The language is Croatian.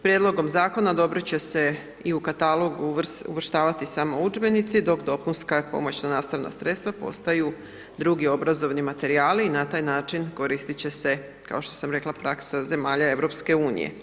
Prijedlogom zakona odobrit će se i u katalogu uvrštavati samo udžbenici, dok dopunska pomoćna nastavna sredstva postaju drugi obrazovni materijali i na taj način korist će se kao što sam rekla praksa zemalja EU.